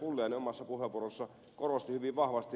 pulliainen omassa puheenvuorossaan korosti hyvin vahvasti